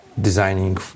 designing